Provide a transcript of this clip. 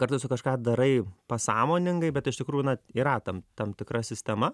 kartais tu kažką darai pasąmoningai bet iš tikrųjų na yra tam tam tikra sistema